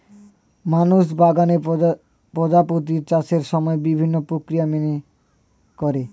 মানুষ বাগানে প্রজাপতির চাষের সময় বিভিন্ন প্রক্রিয়া মেনে করে